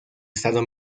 estado